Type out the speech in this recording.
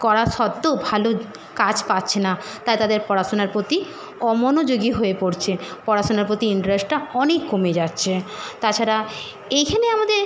করা সত্ত্বেও ভালো কাজ পাচ্ছে না তাই তাদের পড়াশোনার প্রতি অমনোযোগী হয়ে পড়ছে পড়াশোনার প্রতি ইন্টারেস্টটা অনেক কমে যাচ্ছে তাছাড়া এইখানে আমাদের